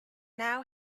now